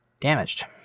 damaged